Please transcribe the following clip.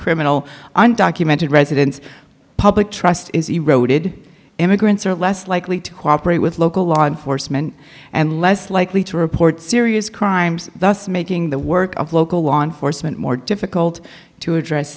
criminal undocumented residents public trust is eroded immigrants are less likely to cooperate with local law enforcement and less likely to report serious crimes thus making the work of local law enforcement more difficult to address